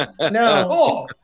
No